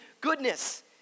goodness